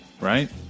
right